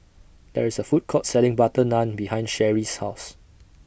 There IS A Food Court Selling Butter Naan behind Sheri's House